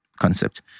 concept